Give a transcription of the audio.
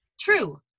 true